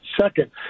second